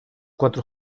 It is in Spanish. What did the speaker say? cuatro